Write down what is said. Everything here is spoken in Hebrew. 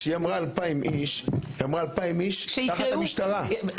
כשהיא אמרה אלפיים איש תחת המשטרה.